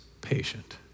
patient